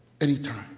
anytime